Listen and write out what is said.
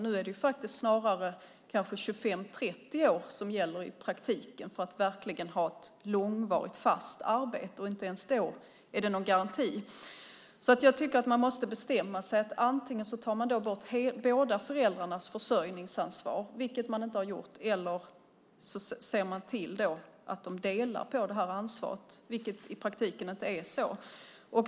Nu är det snarare vid 25-30 års ålder man kan få ett långvarigt fast arbete, men inte ens då är det någon garanti. Jag tycker alltså att man måste bestämma sig: Antingen tar man bort båda föräldrarnas försörjningsansvar, vilket man inte har gjort, eller så ser man till att de delar på ansvaret, vilket de i praktiken inte gör.